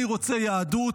אני רוצה יהדות